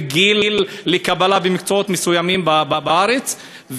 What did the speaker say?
וגיל קבלה במקצועות מסוימים בארץ.